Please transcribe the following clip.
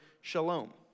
shalom